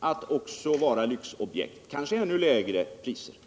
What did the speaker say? att också vara lyxobjekt; kanske kommer det att gälla ännu lägre värden.